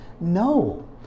no